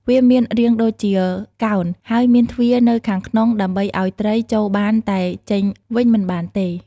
វាមានរាងដូចជាកោណហើយមានទ្វារនៅខាងក្នុងដើម្បីឲ្យត្រីចូលបានតែចេញវិញមិនបានទេ។